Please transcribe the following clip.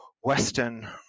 Western